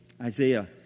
Isaiah